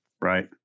Right